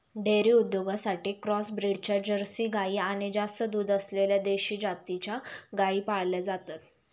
dairy उद्योगासाठी cross ब्रीडच्या Jersey गाई आणि जास्त दूध असलेल्या देशी जातीच्या गायी पाळल्या जातात